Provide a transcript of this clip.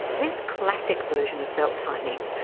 this classic version of belt-tightening,